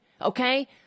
okay